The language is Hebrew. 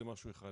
זה משהו אחד.